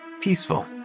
Peaceful